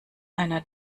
einer